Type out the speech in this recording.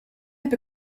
heb